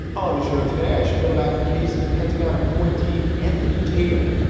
on the show today, i spiel about the case of pentagon appointee anthony tata.